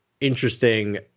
interesting